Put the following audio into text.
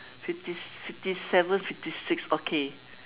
fifty fifty seven fifty six okay